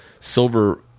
silver